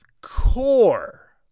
core